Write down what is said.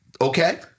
Okay